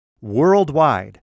worldwide